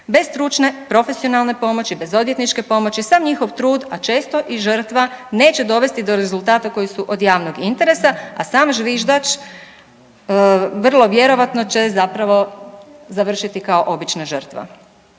Bez stručne profesionalne pomoći, bez odvjetničke pomoći, sav njihov trud, a često i žrtva neće dovesti do rezultata koji su od javnog interesa, a sam zviždač vrlo vjerovatno će zapravo završiti kao obična žrtva.